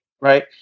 right